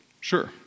Sure